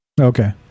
Okay